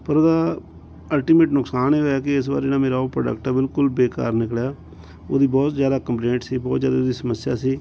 ਪਰ ਉਹਦਾ ਅਲਟੀਮੇਟ ਨੁਕਸਾਨ ਇਹ ਹੋਇਆ ਕਿ ਇਸ ਵਾਰੀ ਨਾ ਮੇਰਾ ਉਹ ਪ੍ਰੋਡਕਟ ਬਿਲਕੁਲ ਬੇਕਾਰ ਨਿਕਲਿਆ ਉਹਦੀ ਬਹੁਤ ਜ਼ਿਆਦਾ ਕੰਪਲੇਂਟ ਸੀ ਬਹੁਤ ਜ਼ਿਆਦਾ ਉਹਦੀ ਸਮੱਸਿਆ ਸੀ